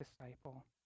disciple